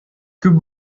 күп